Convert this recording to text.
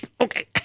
Okay